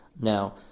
Now